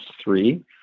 three